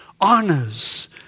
honors